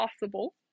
possible